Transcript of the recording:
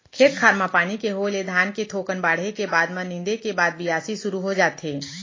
खेत खार म पानी के होय ले धान के थोकन बाढ़े के बाद म नींदे के बाद बियासी सुरू हो जाथे